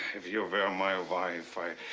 if you were my wife, i.